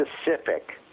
specific